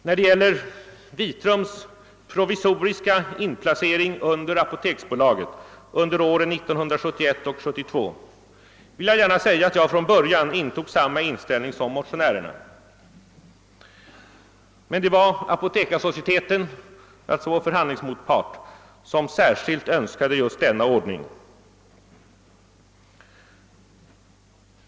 När det gäller Vitrums provisoriska inplacering under apoteksbolaget under åren 1971 och 1972, vill jag gärna säga att jag från början intog samma inställning som motionärerna. Det var emellertid Apotekarsocieteten, alltså vår förhandlingsmotpart, som särskilt önskade den ordningen.